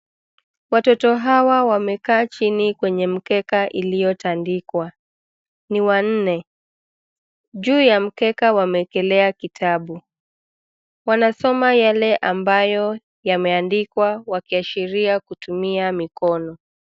Watoto hawa wamekaa chini kwenye mkeka iliyotandikwa, ni wanne. Juu ya mkeka wamekelea kitabu. Wanasoma yale ambayo yameandikwa wakiashiria kutumia mikono.